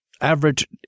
average